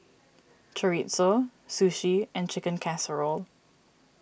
Chorizo Sushi and Chicken Casserole